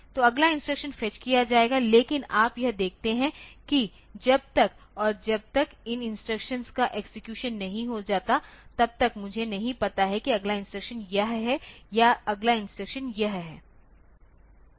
तो अगला instruction fetch किया जाएगा लेकिन आप यह देखते हैं कि जब तक और जब तक इन इंस्ट्रक्शंस का एक्सेक्यूशन नहीं हो जाता तब तक मुझे नहीं पता कि अगला इंस्ट्रक्शन यह है या अगला इंस्ट्रक्शन यह है